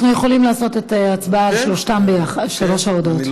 אנחנו יכולים לעשות את ההצבעה על שלוש ההודעות יחד.